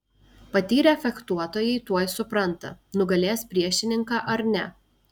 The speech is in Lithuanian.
patyrę fechtuotojai tuoj supranta nugalės priešininką ar ne